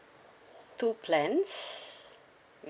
two plans let